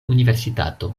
universitato